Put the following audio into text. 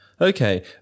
Okay